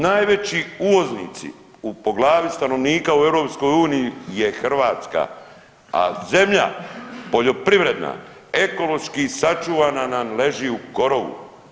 Najveći uvoznici u, po glavi stanovnika u EU je Hrvatska, a zemlja poljoprivredna ekološki sačuvana nam leži u korovu.